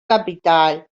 capital